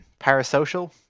parasocial